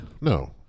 No